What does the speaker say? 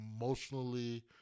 emotionally